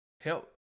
help